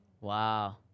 Wow